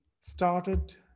started